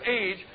age